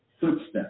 footsteps